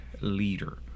leader